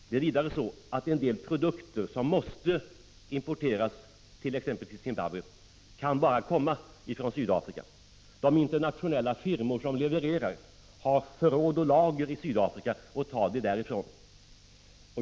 Det är vidare så att en del produkter som måste importeras till exempelvis Zimbabwe bara kan komma från Sydafrika. De internationella firmor som levererar har förråd och lager i Sydafrika och tar varorna därifrån.